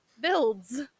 builds